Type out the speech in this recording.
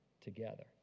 together